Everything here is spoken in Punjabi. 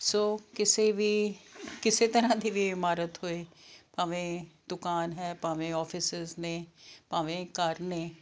ਸੋ ਕਿਸੇ ਵੀ ਕਿਸੇ ਤਰ੍ਹਾਂ ਦੀ ਵੀ ਇਮਾਰਤ ਹੋਏ ਭਾਵੇਂ ਦੁਕਾਨ ਹੈ ਭਾਵੇਂ ਆਫਿਸਸ ਨੇ ਭਾਵੇਂ ਘਰ ਨੇ